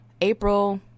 April